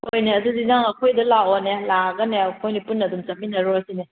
ꯍꯣꯏꯅꯦ ꯑꯗꯨꯗꯤ ꯅꯪ ꯑꯩꯈꯣꯏꯗ ꯂꯥꯛꯑꯣꯅꯦ ꯂꯥꯛꯑꯒꯅꯦ ꯑꯩꯈꯣꯏꯅꯤ ꯄꯨꯟꯅ ꯑꯗꯨꯝ ꯆꯠꯃꯤꯟꯅꯔꯨꯔꯁꯤꯅꯦ